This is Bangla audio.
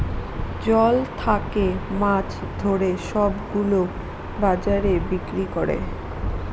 জল থাকে মাছ ধরে সব গুলো বাজারে বিক্রি করে